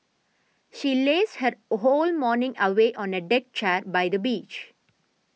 she lazed her a whole morning away on a deck chair by the beach